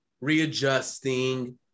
readjusting